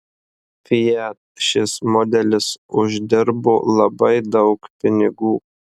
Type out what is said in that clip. fiat šis modelis uždirbo labai daug pinigų